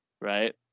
Right